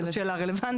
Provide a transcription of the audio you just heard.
זאת שאלה רלוונטית.